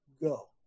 go